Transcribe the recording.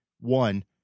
One